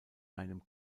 einem